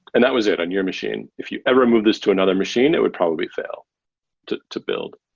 and that was it on your machine. if you ever move this to another machine, it would probably fail to to build.